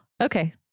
okay